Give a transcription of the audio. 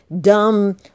dumb